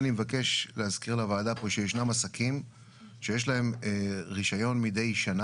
אני מבקש להזכיר לוועדה פה שישנם עסקים שיש להם רישיון מידי שנה.